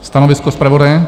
Stanovisko zpravodaje?